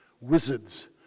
wizards